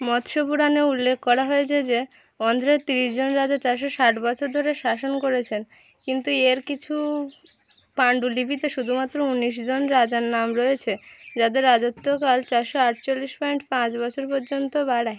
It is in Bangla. মৎস্য পুরাণে উল্লেখ করা হয়েছে যে অন্ধ্রের তিরিশজন রাজা চারশো ষাট বছর ধরে শাসন করেছেন কিন্তু এর কিছু পাণ্ডুলিপিতে শুধুমাত্র উনিশজন রাজার নাম রয়েছে যাদের রাজত্বকাল চারশো আটচল্লিশ পয়েন্ট পাঁচ বছর পর্যন্ত বাড়ায়